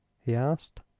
he asked.